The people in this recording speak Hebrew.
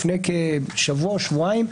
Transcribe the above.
לפני כשבוע או שבועיים,